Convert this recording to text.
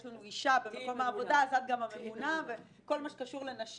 יש לנו אישה במקום העבודה אז את גם הממונה וכל מה שקשור לנשים,